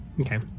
Okay